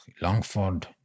Longford